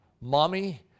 Mommy